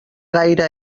gaire